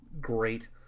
great